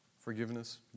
Forgiveness